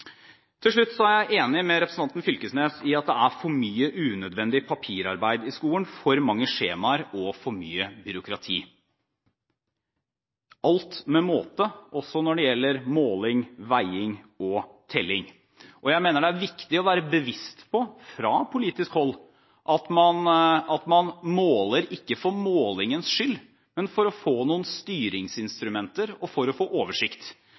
Til slutt: Jeg er enig med representanten Knag Fylkesnes i at det er for mye unødvendig papirarbeid i skolen, for mange skjemaer og for mye byråkrati – alt med måte, også når det gjelder måling, veiing og telling. Jeg mener det fra politisk hold er viktig å være bevisst på at man ikke måler for målingens skyld, men for å få noen styringsinstrumenter og for å få oversikt.